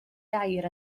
gair